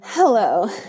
hello